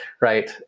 right